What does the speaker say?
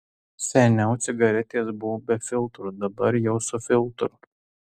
seniau cigaretės buvo be filtro dabar jau su filtru